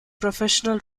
professional